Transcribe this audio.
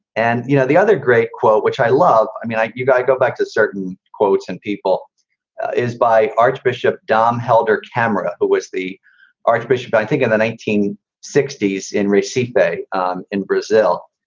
and you know, the other great quote, which i love. i mean, you've got to go back to certain quotes and people is by archbishop dom helder camara. it was the archbishop, i think, in the nineteen sixties in receipt bay um in brazil.